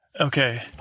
Okay